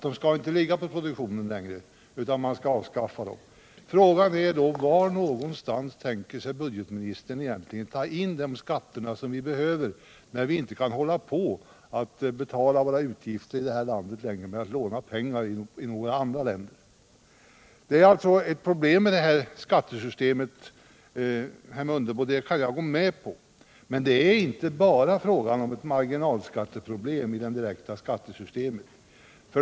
De skall inte ligga på produktionen längre, utan man skall avskaffa dem. Frågan är då: Var någonstans tänker sig budgetministern egentligen att ta in de skatter som vi behöver, när vi inte längre kan hålla på att betala våra utgifter i det här landet med att låna pengar i andra länder? Det är alltså problem med det här skattesystemet, herr Mundebo, det kan jag gå med på. Men det är inte bara ett marginalskatteproblem i fråga om den direkta skatten.